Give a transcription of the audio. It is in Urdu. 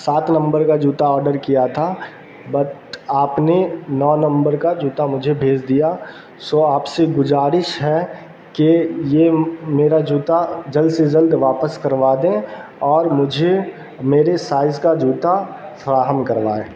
سات نمبر کا جوتا آرڈر کیا تھا بٹ آپ نے نو نمبر کا جوتا مجھے بھیج دیا سو آپ سے گزارش ہے کہ یہ میرا جوتا جلد سے جلد واپس کروا دیں اور مجھے میرے سائز کا جوتا فراہم کروائیں